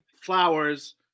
Flowers